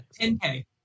10k